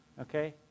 Okay